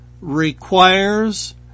requires